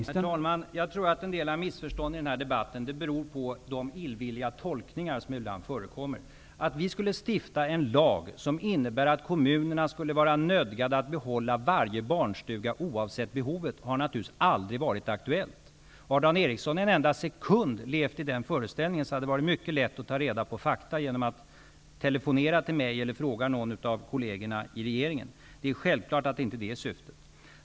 Herr talman! Jag tror att en del av missförstånden i den här debatten beror på de illvilliga tolkningar som ibland förekommer. Det har naturligtvis aldrig varit aktuellt att vi skulle stifta en lag som innebär att kommunerna skulle vara nödgade att behålla varje barnstuga oavsett behovet. Har Dan Ericsson en enda sekund levt i den föreställningen hade det varit mycket lätt ta reda på fakta genom att telefonera till mig eller fråga någon av kollegerna i regeringen. Det är självfallet inte syftet.